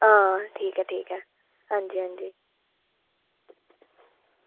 आं ठीक ऐ ठीक ऐ अंजी अंजी